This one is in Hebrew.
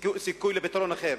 סיכוי לפתרון אחר.